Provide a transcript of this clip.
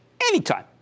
Anytime